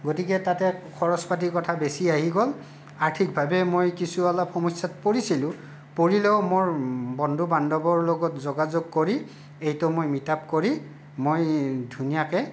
গতিকে তাতে খৰছ পাতিৰ কথা বেছি আহি গ'ল আৰ্থিকভাৱে মই কিছু অলপ সমস্যাত পৰিছিলোঁ পৰিলেও মোৰ বন্ধু বান্ধৱৰ লগত যোগাযোগ কৰি এইটো মই মিটআপ কৰি মই ধুনীয়াকৈ